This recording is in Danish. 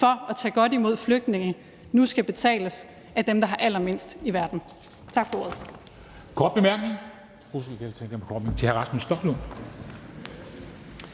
for at tage godt imod flygtninge nu skal betales af dem, der har allermindst i verden?